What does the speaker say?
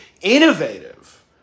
innovative